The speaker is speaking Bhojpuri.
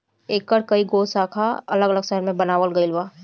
एकर कई गो शाखा अलग अलग शहर में बनावल गईल बा